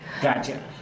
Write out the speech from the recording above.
Gotcha